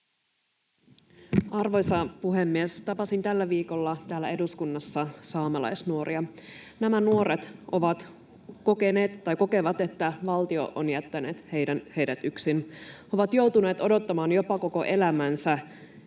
Arvoisa puhemies! Tapasin tällä viikolla täällä eduskunnassa saamelaisnuoria. Nämä nuoret kokevat, että valtio on jättänyt heidät yksin. He ovat joutuneet odottamaan jopa koko elämänsä,